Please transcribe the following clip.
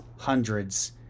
hundreds